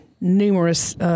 numerous